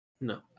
No